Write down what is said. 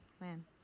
man